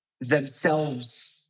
themselves-